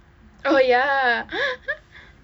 oh ya